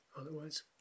Otherwise